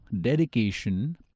dedication